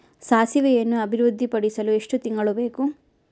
ಸಾಸಿವೆಯನ್ನು ಅಭಿವೃದ್ಧಿಪಡಿಸಲು ಎಷ್ಟು ತಿಂಗಳು ಬೇಕು?